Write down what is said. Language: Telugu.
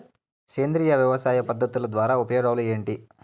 సేంద్రియ వ్యవసాయ పద్ధతుల ద్వారా ఉపయోగాలు ఏంటి?